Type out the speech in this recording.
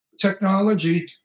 Technology